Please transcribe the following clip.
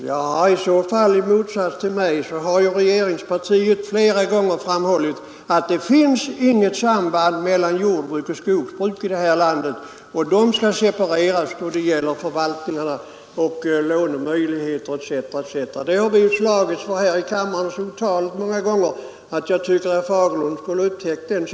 Herr talman! I så fall har regeringspartiet i motsats till mig flera gånger framhållit att det inte finns något samband mellan jordbruk och skogsbruk i det här landet och att verksamheterna när det gäller förvaltningar, lånemöjligheter osv. skall separeras. Den saken har vi ju debatterat så många gånger här i kammaren att jag tycker att herr Fagerlund kunde ha upptäckt det.